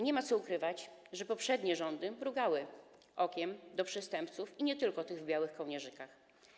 Nie ma co ukrywać, że poprzednie rządy mrugały okiem do przestępców - i nie tylko tych w białych kołnierzykach.